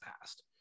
past